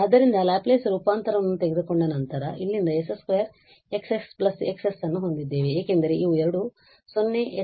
ಆದ್ದರಿಂದ ಲ್ಯಾಪ್ಲೇಸ್ ರೂಪಾಂತರವನ್ನು ತೆಗೆದುಕೊಂಡ ನಂತರ ಇಲ್ಲಿಂದ s 2X X ಅನ್ನು ಹೊಂದಿದ್ದೇವೆ ಏಕೆಂದರೆ ಇವು ಎರಡು 0 x 0 ಮತ್ತು x ′ 0